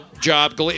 job